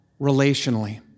relationally